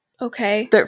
Okay